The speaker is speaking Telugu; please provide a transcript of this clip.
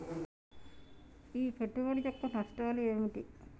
ఈ పెట్టుబడి యొక్క నష్టాలు ఏమిటి?